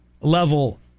level